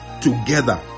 together